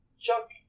Chuck